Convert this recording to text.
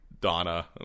Donna